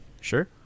Sure